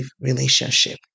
relationship